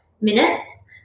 minutes